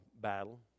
battle